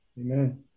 Amen